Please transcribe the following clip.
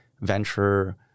venture